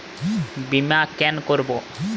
বিমা কেন করব?